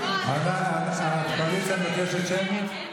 הקואליציה מבקשת שמית?